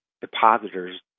depositors